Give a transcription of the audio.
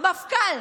מפכ"ל?